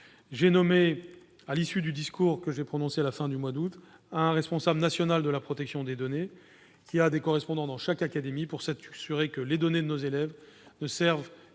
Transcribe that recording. nationale. À l'issue du discours que j'ai prononcé à la fin du mois d'août, j'ai nommé un responsable national de la protection des données, qui a des correspondants dans chaque académie, pour s'assurer que les données de nos élèves ne servent